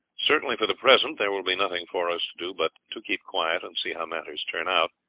certainly for the present there will be nothing for us to do but to keep quiet and see how matters turn out,